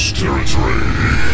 territory